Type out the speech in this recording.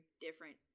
different